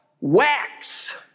wax